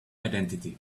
identity